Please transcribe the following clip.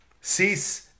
cease